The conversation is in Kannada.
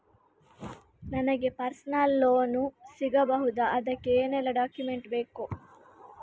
ನನಗೆ ಪರ್ಸನಲ್ ಲೋನ್ ಸಿಗಬಹುದ ಅದಕ್ಕೆ ಏನೆಲ್ಲ ಡಾಕ್ಯುಮೆಂಟ್ ಬೇಕು?